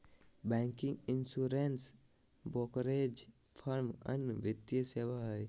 banking, insurance, brokerage firm अन्य वित्तीय सेवा हय